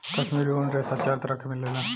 काश्मीरी ऊनी रेशा चार तरह के मिलेला